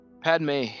Padme